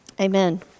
Amen